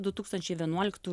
du tūkstančiai vienuoliktų